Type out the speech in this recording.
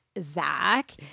Zach